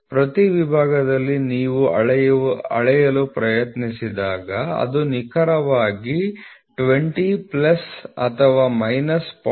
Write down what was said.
ಪ್ರತಿ ವಿಭಾಗದಲ್ಲಿ ನೀವು ಅಳೆಯಲು ಪ್ರಯತ್ನಿಸಿದಾಗ ಅದು ನಿಖರವಾಗಿ 20 ಪ್ಲಸ್ ಅಥವಾ ಮೈನಸ್ 0